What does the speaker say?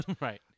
right